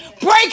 Break